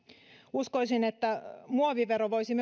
uskoisin että muovivero voisi